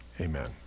amen